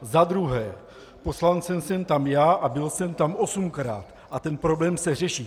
Za druhé, poslancem jsem tam já a byl jsem tam osmkrát a ten problém se řeší!